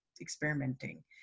experimenting